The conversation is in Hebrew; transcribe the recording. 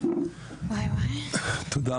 תודה,